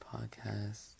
podcast